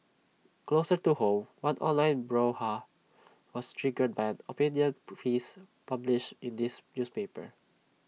closer to home one online brouhaha was triggered by an opinion piece published in this newspaper